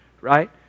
right